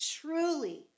Truly